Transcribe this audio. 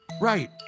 Right